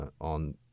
On